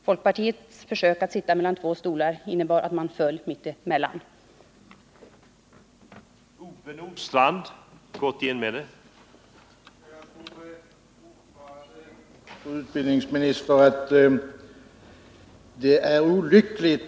Folkpartiets försök att sitta på två stolar fick till resultat att man föll mitt emellan dem.